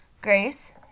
Grace